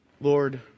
Lord